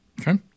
Okay